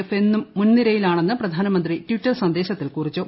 F എന്നും മുൻനിരയിലാണെന്ന് പ്രധാനമന്ത്രി ടിറ്റർ സന്ദേശത്തിൽ കുറിച്ചു